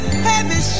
heavy